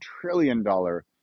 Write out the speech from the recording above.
trillion-dollar